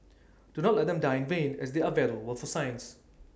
do not let them die in vain as they are valuable for science